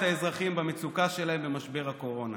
האזרחים במצוקה שלהם במשבר הקורונה.